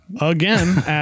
again